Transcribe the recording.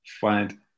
find